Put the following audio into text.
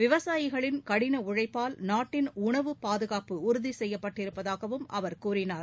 விவசாயிகளின் கடின உழைப்பால் நாட்டின் உணவு பாதகாப்பு உறுதி செய்யப்பட்டிருப்பதாகவும் அவர் கூறினார்